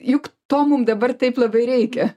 juk to mum dabar taip labai reikia